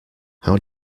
how